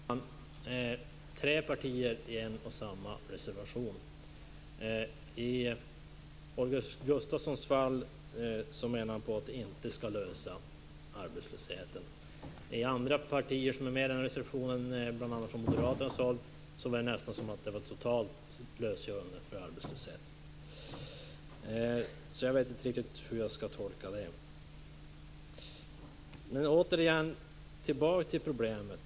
Fru talman! Här är det tre partier i en och samma reservation. Holger Gustafsson menar inte att det här skall lösa arbetslösheten. För andra partier som är med på reservationen, bl.a. Moderaterna, verkar det nästan handla om en total lösning på detta med arbetslösheten. Jag vet inte riktigt hur jag skall tolka det. Men jag vill återigen tillbaka till problemet.